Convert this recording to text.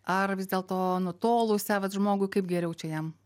ar vis dėlto nutolusią vat žmogui kaip geriau čia jam